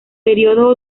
periodo